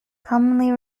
commonly